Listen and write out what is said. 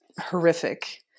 horrific